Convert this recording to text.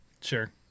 Sure